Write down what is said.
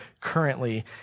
currently